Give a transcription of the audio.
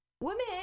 Women